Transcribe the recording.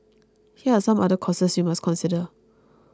here are some other costs you must consider